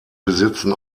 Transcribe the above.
besitzen